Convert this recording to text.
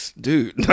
dude